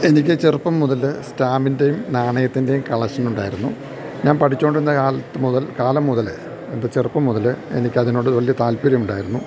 എനിക്ക് ചെറുപ്പം മുതല് സ്റ്റാമ്പിൻ്റെയും നാണയത്തിൻ്റെയും കളക്ഷനുണ്ടായിരുന്നു ഞാൻ പഠിച്ചുകൊണ്ടിരുന്ന കാലത്ത് മുതൽ കാലം മുതല് എൻ്റെ ചെറുപ്പം മുതല് എനിക്കിതിനോട് വലിയ താല്പര്യമുണ്ടായിരുന്നു